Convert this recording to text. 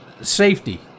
Safety